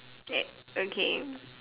eh okay